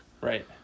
Right